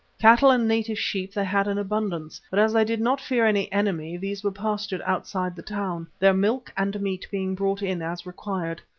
cattle and native sheep they had in abundance, but as they did not fear any enemy, these were pastured outside the town, their milk and meat being brought in as required.